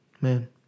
man